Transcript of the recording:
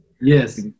yes